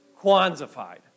quantified